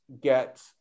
get